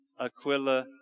Aquila